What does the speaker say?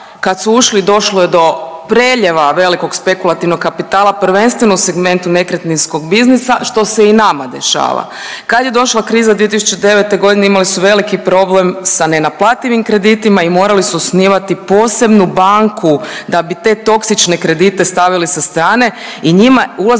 kad su ušli došlo je do preljeva velikog spekulativnog kapitala, prvenstveno u segmentu nekretninskog biznisa što se i nama dešava. Kad je došla kriza 2009.g. imali su veliki problem sa nenaplativim kreditima i morali su osnivati posebnu banku da bi te toksične kredite stavili sa strane i njima ulazak